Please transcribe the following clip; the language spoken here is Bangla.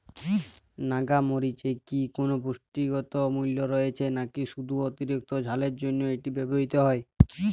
নাগা মরিচে কি কোনো পুষ্টিগত মূল্য রয়েছে নাকি শুধু অতিরিক্ত ঝালের জন্য এটি ব্যবহৃত হয়?